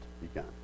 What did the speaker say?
begun